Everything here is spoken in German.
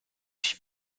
ich